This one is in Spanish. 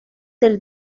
del